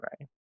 right